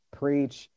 preach